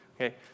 Okay